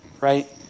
right